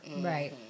right